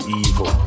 evil